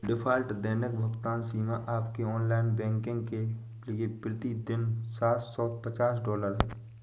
default दैनिक भुगतान सीमा आपके ऑनलाइन बैंकिंग के लिए प्रति दिन सात सौ पचास डॉलर है